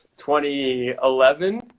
2011